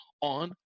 on